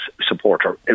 supporter